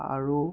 আৰু